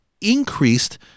increased